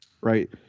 right